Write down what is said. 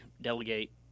delegate